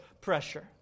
pressure